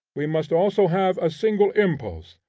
we must also have a single impulse,